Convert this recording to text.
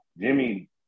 Jimmy